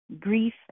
Grief